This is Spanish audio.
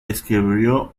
escribió